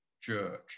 church